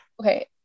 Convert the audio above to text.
okay